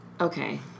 Okay